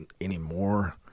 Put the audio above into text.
anymore